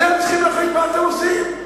אתם צריכים להחליט מה אתם עושים.